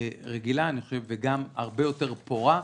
רגילה והרבה יותר פורה.